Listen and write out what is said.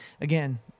again